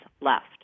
left